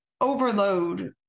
overload